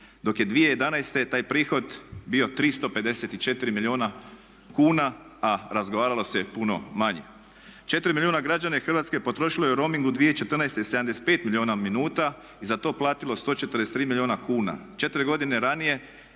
dok je 2011. taj prihod bio 354 milijuna kuna a razgovaralo se puno manje. 4 milijuna građana Hrvatske potrošilo je roaming u 2014. 75 milijuna minuta i za to platilo 143 milijuna kuna. 4 godine ranije